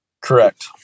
Correct